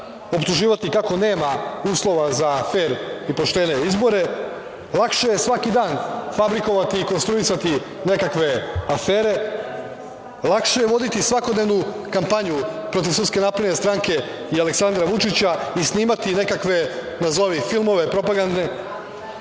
optuživati kako nema uslova za fer i poštene izbore. Lakše je svaki dan fabrikovati i konstruisati nekakve afere. Lakše je voditi svakodnevnu kampanju protiv SNS i Aleksandra Vučića i snimati nekakve nazovi filmove propagandne,